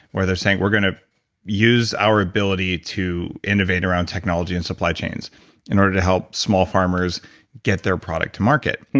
where they're saying we're going to use our ability to innovate around technology and supply chains in order to help small farmers get their product to market.